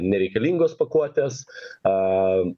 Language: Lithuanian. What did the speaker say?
nereikalingos pakuotės am